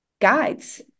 guides